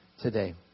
today